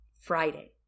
Friday